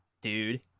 dude